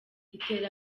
itera